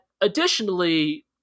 additionally